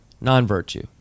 non-virtue